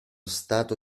stato